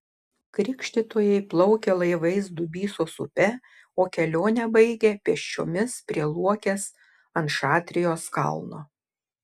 krikštytojai plaukė laivais dubysos upe o kelionę baigė pėsčiomis prie luokės ant šatrijos kalno